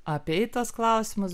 apeitas klausimas